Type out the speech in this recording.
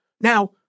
Now